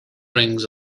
rings